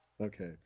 okay